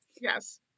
Yes